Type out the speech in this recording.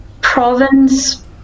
province